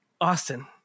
Austin